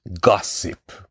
gossip